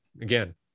again